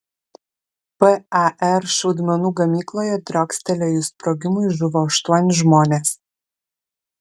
par šaudmenų gamykloje driokstelėjus sprogimui žuvo aštuoni žmonės